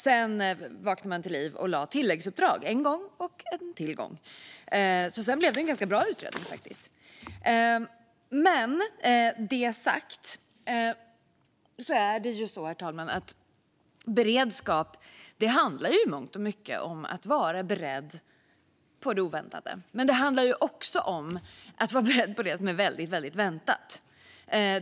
Sedan vaknade man till liv och lade tilläggsuppdrag en gång och så ännu en gång, och sedan blev det faktiskt en ganska bra utredning. Med det sagt är det ju så, herr talman, att beredskap i mångt och mycket handlar om att vara beredd på det oväntade. Men det handlar också om att vara beredd på det som är väldigt väntat.